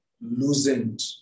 loosened